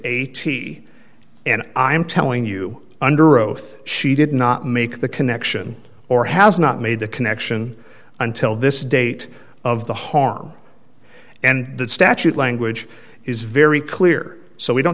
eighty and i am telling you under oath she did not make the connection or has not made the connection until this date of the harm and that statute language is very clear so we don't